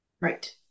Right